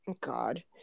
God